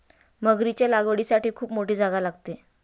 मगरीच्या लागवडीसाठी खूप मोठी जागा लागते